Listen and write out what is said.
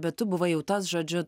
bet tu buvai jau tas žodžiu